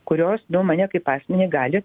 kurios nu mane kaip asmenį gali